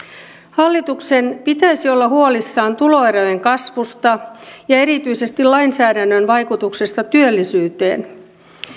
hallituksen pitäisi olla huolissaan tuloerojen kasvusta ja erityisesti lainsäädännön vaikutuksesta työllisyyteen